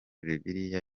bibiliya